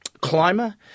climber